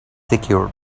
secured